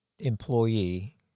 employee